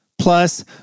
Plus